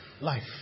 life